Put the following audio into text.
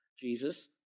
Jesus